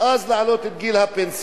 יש להעלות את גיל הפנסיה.